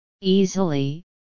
easily